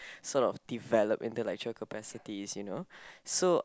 sort of develop intellectual capacity you know